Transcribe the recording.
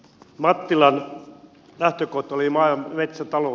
mattilan lähtökohta oli maa ja metsätalous